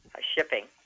shipping